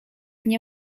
nie